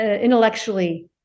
intellectually